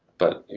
but